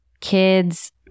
kids